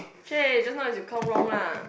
chey just now is you count wrong lah